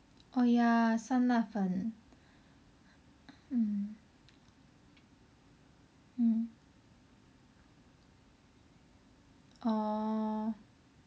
oh ya 酸辣粉 mm mm orh